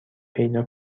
پیدا